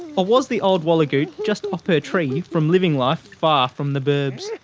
or was the old wallagoot just off her tree from living life far from the burbs.